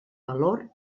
valor